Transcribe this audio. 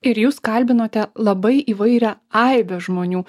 ir jūs kalbinote labai įvairią aibę žmonių